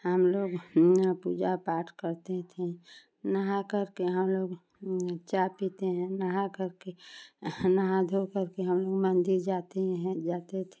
हमलोग है ना पूजा पाठ करते थे नहा करके हमलोग चाय पीते हैं नहा करके नहा धो करके हम मन्दिर जाते हैं जाते थे